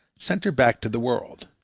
sent her back to the world.